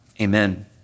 Amen